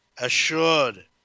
Assured